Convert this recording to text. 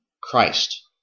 Christ